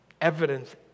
Evidence